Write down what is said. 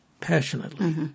passionately